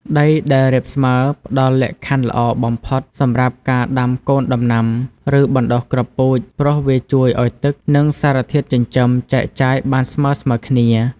ដីដែលរាបស្មើផ្តល់លក្ខខណ្ឌល្អបំផុតសម្រាប់ការដាំកូនដំណាំ ឬបណ្ដុះគ្រាប់ពូជ ព្រោះវាជួយឲ្យទឹក និងសារធាតុចិញ្ចឹមចែកចាយបានស្មើៗគ្នា។